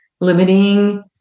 limiting